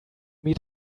meet